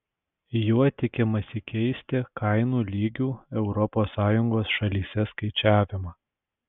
juo tikimasi keisti kainų lygių europos sąjungos šalyse skaičiavimą